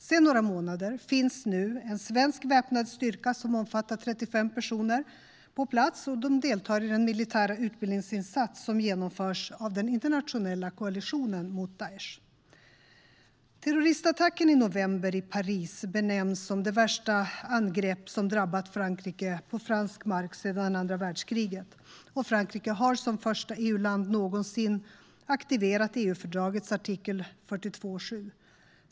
Sedan några månader finns nu en svensk väpnad styrka som omfattar 35 personer på plats. De deltar i den militära utbildningsinsats som genomförs av den internationella koalitionen mot Daesh. Terroristattacken i november i Paris benämns som det värsta angrepp som drabbat Frankrike på fransk mark sedan andra världskriget. Och Frankrike har som första EU-land någonsin aktiverat EU-fördragets artikel 42.7.